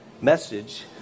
message